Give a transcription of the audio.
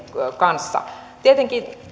kanssa tietenkin